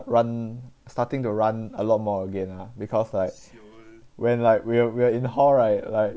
run starting to run a lot more again lah because like when like we're we're in hall right like